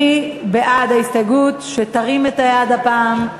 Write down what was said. מי בעד ההסתייגות, שירים את היד הפעם.